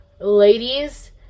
ladies